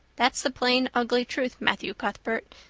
that's the plain, ugly truth, matthew cuthbert,